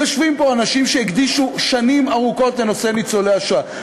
יושבים פה אנשים שהקדישו שנים ארוכות לנושא ניצולי השואה.